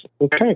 Okay